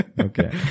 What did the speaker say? okay